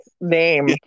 name